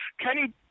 Kenny